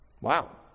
Wow